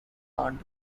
aunt